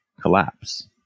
collapse